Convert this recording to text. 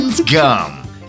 gum